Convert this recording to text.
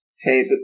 Hey